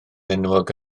enwog